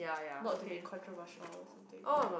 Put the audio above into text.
not to be controversial or something but